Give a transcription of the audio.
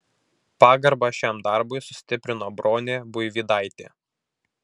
pagarbą šiam darbui sustiprino bronė buivydaitė